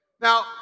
Now